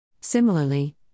Similarly